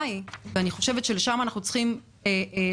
היא ואני חושבת שלשם אנחנו צריכים לשאוף,